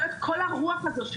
כלומר כל הרוח הזאת,